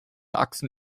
achsen